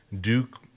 Duke